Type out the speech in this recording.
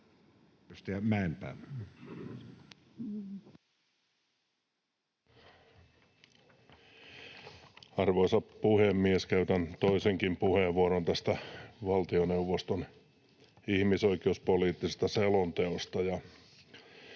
Arvoisa puhemies! Käytän toisenkin puheenvuoron tästä valtioneuvoston ihmisoikeuspoliittisesta selonteosta.